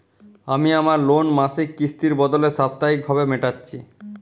আমি আমার লোন মাসিক কিস্তির বদলে সাপ্তাহিক ভাবে মেটাচ্ছি